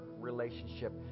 relationship